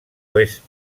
oest